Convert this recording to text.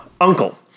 uncle